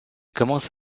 commence